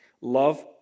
Love